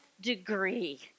degree